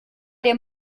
der